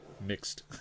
mixed